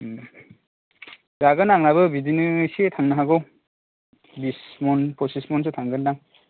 उम जागोन आंनाबो बिदिनो एसे थांनो हागौ बिस मन फसिस मनसो थांगोन दां